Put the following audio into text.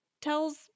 tells